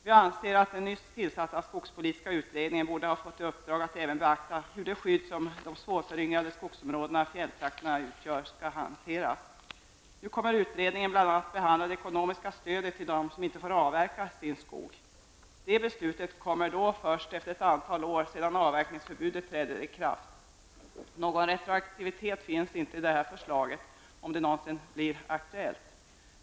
Vi anser att den nyss tillsatta skogspolitiska utredningen borde ha fått i uppdrag att även beakta hur skyddet av de svårföryngrade skogsområdena i fjälltrakterna skulle hanteras. Nu kommer utredningen bl.a. att behandla det ekonomiska stödet till dem som inte får avverka sin skog. Det beslutet kommer först ett antal år efter det att avverkningsförbudet trätt i kraft. Någon retroaktivitet finns inte i detta förslag, om det någonsin blir aktuellt.